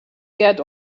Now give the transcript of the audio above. get